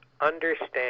understand